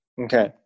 Okay